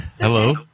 Hello